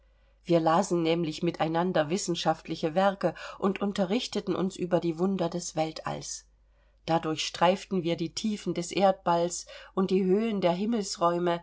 wir lasen nämlich miteinander wissenschaftliche werke und unterrichteten uns über die wunder des weltalls da durchstreiften wir die tiefen des erdballs und die höhen der